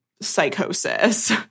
psychosis